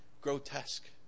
grotesque